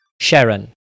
Sharon